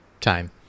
time